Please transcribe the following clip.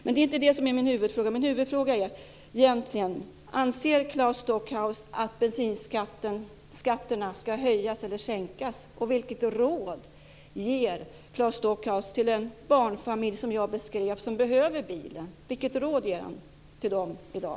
Men det är inte det som är min huvudfråga. Min huvudfråga är egentligen: Anser Claes Stockhaus att bensinskatterna ska höjas eller sänkas? Vilket råd ger Claes Stockhaus till den barnfamilj som jag beskrev som behöver bilen? Vilket råd ger han till den i dag?